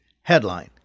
Headline